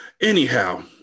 Anyhow